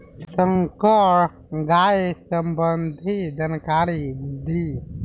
संकर गाय सबंधी जानकारी दी?